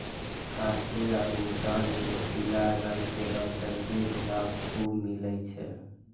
कश्मीर आरु भूटान म पीला रंग केरो जंगली गुलाब खूब मिलै छै